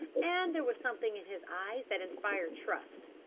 and there was something in his eyes that inspired trust.